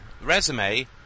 resume